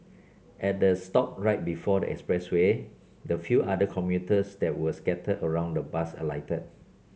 at the stop right before the expressway the few other commuters that were scattered around the bus alighted